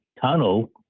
tunnel